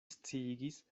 sciigis